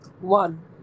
One